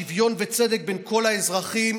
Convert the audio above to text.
שוויון וצדק בין כל האזרחים,